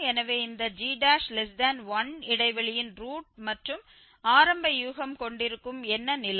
எனவே இந்த g1 இடைவெளியின் ரூட் மற்றும் ஆரம்ப யூகம் கொண்டிருக்கும் என்ன நிலை